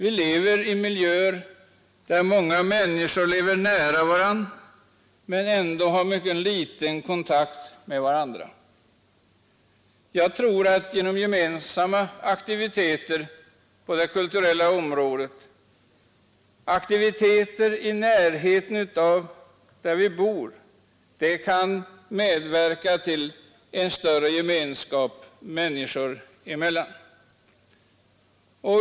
I våra miljöer lever många människor nära varandra men har ändå mycket liten kontakt sinsemellan. Genom gemensamma aktiviteter på det kulturella området i närheten av där vi bor tror jag att vi skulle kunna medverka till större gemenskap.